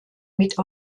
mit